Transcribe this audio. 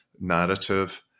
narrative